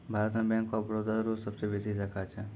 भारत मे bank of Baroda रो सबसे बेसी शाखा छै